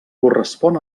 correspon